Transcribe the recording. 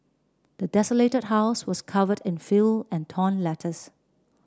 the desolated house was covered in filth and torn letters